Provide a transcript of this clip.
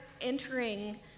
entering